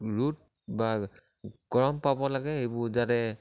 ৰ'দ বা গৰম পাব লাগে এইবোৰ যাতে